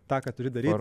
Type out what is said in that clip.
tą ką turi daryti